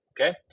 okay